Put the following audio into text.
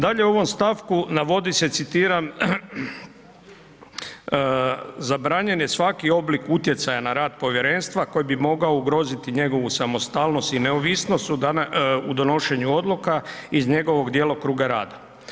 Dalje u ovom stavku, navodi se, citiram, zabranjen je svaki oblik utjecaja na rad povjerenstva koji bi mogao ugroziti njegovu samostalnost i neovisnost u donošenju odluka u njegovom djelokrugu rada.